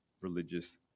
religious